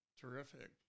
Terrific